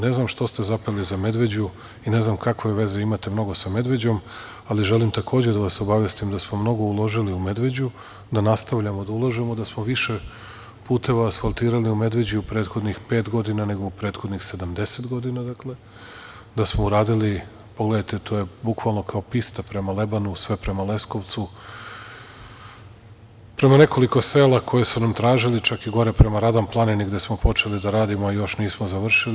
Ne znam što ste zapeli za Medveđu i ne znam kakve veze imate mnogo sa Medveđom, ali želim takođe da vas obavestim da smo mnogo uložili u Medveđu, da nastavljamo da ulažemo da smo više puteva asfaltirali u Medveđi u prethodnih pet godina, nego u prethodnih 70 godina, da smo uradili, pogledajte to je bukvalno kao pista prema Lebanu, sve prema Leskovcu, prema nekoliko sela koja su nam tražili čak i gore prema Radan planini gde smo počeli da radimo, još nismo završili.